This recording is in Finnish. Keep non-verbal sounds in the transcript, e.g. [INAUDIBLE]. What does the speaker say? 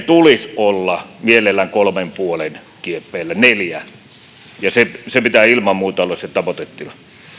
[UNINTELLIGIBLE] tulisi olla mielellään kolmen pilkku viiden neljän kieppeillä ja sen pitää ilman muuta olla se tavoitetila